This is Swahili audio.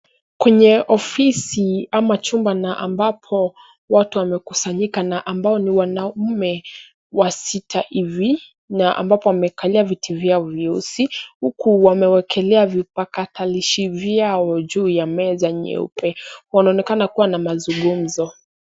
Kwenye ofisi ama chumba na ambapo watu wamekusanyika na ambao ni wanaume wasita hivi, na ambapo wamekalia viti vyao vyeusi huku wamewekelea vipakatalishi vyao juu ya meza nyeupe. Wanaonekana kuwa na mazungumzo.